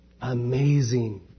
Amazing